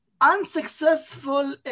Unsuccessful